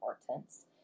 importance